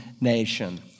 nation